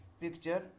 picture